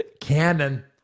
Canon